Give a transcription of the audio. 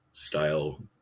style